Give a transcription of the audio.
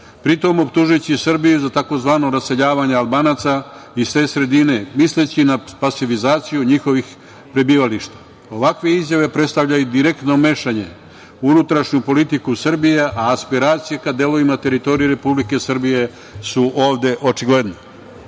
pri tom optužujući Srbiju za tzv. raseljavanje Albanaca iz te sredine, misleći na pasivizaciju njihovih prebivališta. Ovakve izjave predstavljaju direktno mešanje u unutrašnju politiku Srbije, a aspiracije ka delovima teritorije Republike Srbije su ovde očigledne. Šta